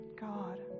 God